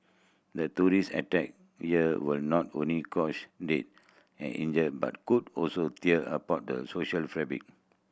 the terrorist attack here will not only cause death and injury but could also tear apart the social fabric